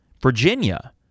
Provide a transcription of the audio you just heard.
Virginia